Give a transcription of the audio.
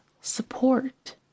support